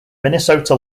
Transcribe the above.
minnesota